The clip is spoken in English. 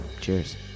Cheers